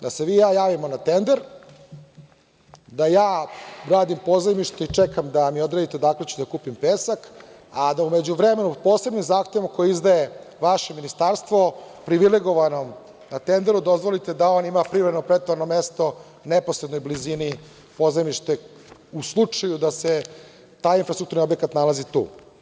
Da se vi i ja javimo na tender, da ja radim i čekam da mi odredite datum kada ću da kupim pesak, a da u međuvremenu posebnim zahtevom koje izdaje vaše ministarstvo privilegovanom tenderu dozvolite da on ima privremeno pritovarno mesto u neposrednoj blizini, u slučaju da se taj infrastrukturni objekat nalazi tu.